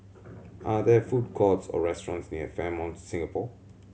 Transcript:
are there food courts or restaurants near Fairmont Singapore